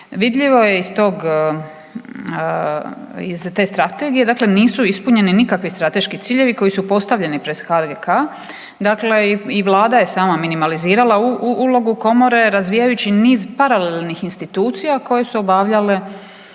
vidljivo je iz te strategije dakle nisu ispunjeni nikakvi strateški ciljevi koji su postavljeni pred HGK. I Vlada je sama minimalizirala ulogu komore razvijajući niz paralelnih institucija koje su obavljale